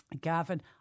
Gavin